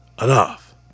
Enough